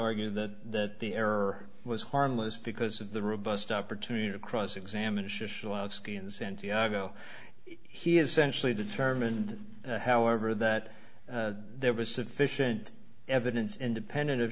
argue that the error was harmless because of the robust opportunity to cross examine skin santiago he essentially determined however that there was sufficient evidence independent of